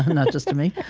not just to me